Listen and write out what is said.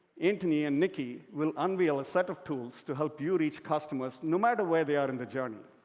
anthony and nicky will unveil a set of tools to help you reach customers no matter where they are in their journey.